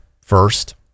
first